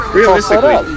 realistically